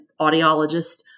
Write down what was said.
audiologist